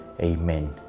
amen